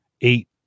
eight